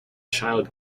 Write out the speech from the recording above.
child